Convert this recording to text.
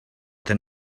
then